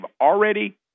already